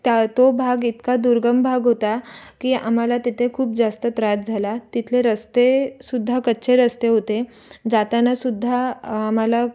त्या तो भाग इतका दुर्गम भाग होता की आम्हाला तिथे खूप जास्त त्रास झाला तिथले रस्तेसुद्धा कच्चे रस्ते होते जातानासुद्धा आम्हाला